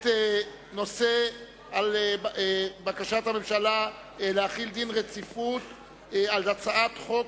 את נושא בקשת הממשלה להחיל דין רציפות על הצעת חוק